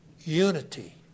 unity